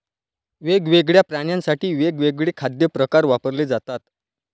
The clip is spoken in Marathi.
वेगवेगळ्या प्राण्यांसाठी वेगवेगळे खाद्य प्रकार वापरले जातात